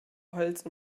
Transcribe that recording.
holz